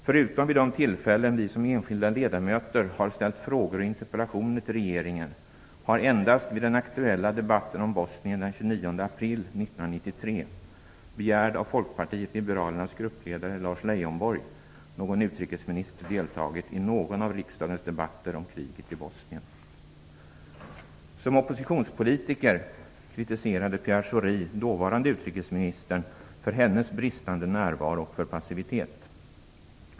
Förutom vid de tillfällen som vi som enskilda ledamöter har ställt frågor och interpellationer till regeringen har endast vid den aktuella debatten om Bosnien den 29 april 1993 - begärd av Folkpartiet liberalernas gruppledare Lars Leijonborg - någon utrikesminister deltagit i någon av riksdagens debatter om kriget i Bosnien. Som oppositionspolitiker kritiserade Pierre Schori dåvarande utrikesministern för hennes bristande närvaro och för passivitet.